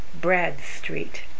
Bradstreet